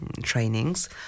trainings